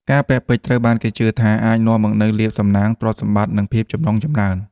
ការពាក់ពេជ្រត្រូវបានគេជឿថាអាចនាំមកនូវលាភសំណាង ទ្រព្យសម្បត្តិ និងភាពចម្រុងចម្រើន។